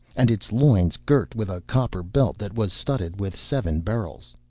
and its loins girt with a copper belt that was studded with seven beryls.